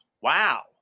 Wow